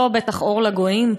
לא אור לגויים,